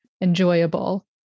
enjoyable